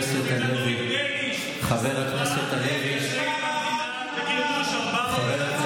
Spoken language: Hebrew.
בייניש סירבה כפרקליטת המדינה לייצג את ממשלת ישראל בראשות רבין.